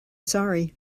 sorry